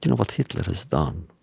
you know what hitler has done.